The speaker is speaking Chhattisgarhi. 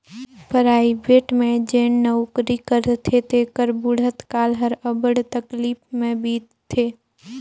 पराइबेट में जेन नउकरी करथे तेकर बुढ़त काल हर अब्बड़ तकलीफ में बीतथे